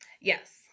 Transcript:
Yes